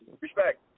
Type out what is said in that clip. Respect